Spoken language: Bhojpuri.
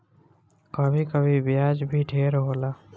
कभी कभी ब्याज भी ढेर होला